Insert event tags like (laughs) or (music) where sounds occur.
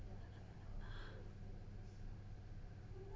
(laughs)